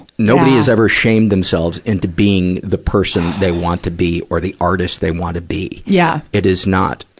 nobody has ever shamed themselves into being the person they want to be or the artist they wanna be. yeah it is not,